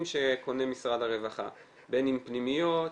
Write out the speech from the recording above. שקונה משרד הרווחה בין אם פנימיות,